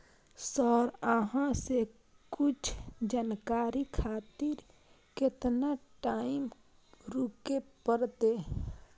Sir अहाँ से कुछ जानकारी खातिर केतना टाईम रुके परतें?